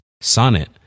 Sonnet